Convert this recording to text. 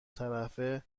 طرفه